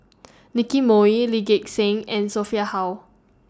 Nicky Moey Lee Gek Seng and Sophia Hull